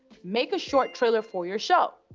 make a short trailer for your show.